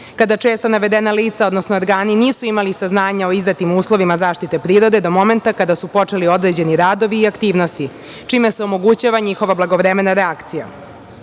kada često navedena lica, odnosno organi nisu imali saznanja o izdatim uslovima zaštite prirode do momenta kada su počeli određeni radovi i aktivnosti, čime se omogućava njihova blagovremena reakcija. Predlogom